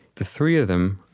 the three of them,